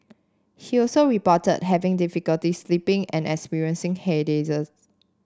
he also reported having difficulty sleeping and experiencing headaches